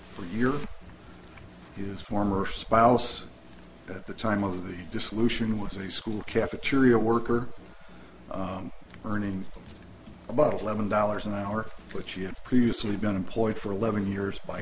a year of his former spouse at the time of the dissolution was a school cafeteria worker earning about eleven dollars an hour but she had previously been employed for eleven years by